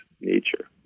nature